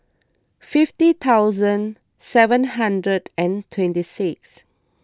fifty thousand seven hundred and twenty six